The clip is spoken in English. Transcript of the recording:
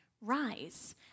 rise